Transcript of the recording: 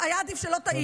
היה עדיף שלא תעיר.